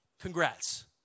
Congrats